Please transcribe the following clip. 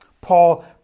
Paul